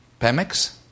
PEMEX